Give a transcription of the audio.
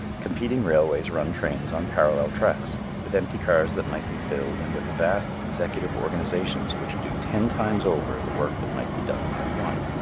competing railways run trains on parallel tracks, with empty cars that might be filled and with vast executive organizations which do ten times over the work that might be done by one.